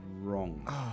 Wrong